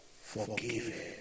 Forgive